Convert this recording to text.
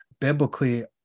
biblically